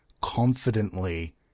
confidently